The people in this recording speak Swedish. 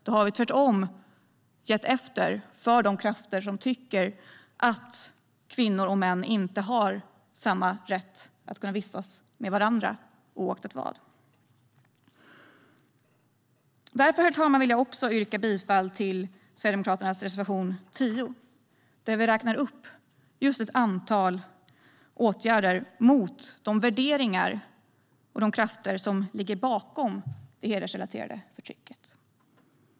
Då har vi tvärtom gett efter för de krafter som tycker att kvinnor och män inte har samma rätt att vistas med varandra oavsett omständigheter. Därför, herr talman, vill jag också yrka bifall till Sverigedemokraternas reservation 10 där vi räknar upp ett antal åtgärder mot de värderingar och krafter som ligger bakom det hedersrelaterade förtrycket.